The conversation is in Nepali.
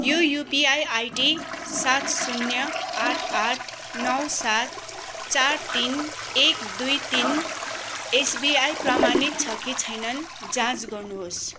यो युपिआई आइडी सात शून्य आठ आठ नौ सात चार तिन एक दुई तिन एसबिआई प्रमाणित छ कि छैनन् जाँच गर्नुहोस्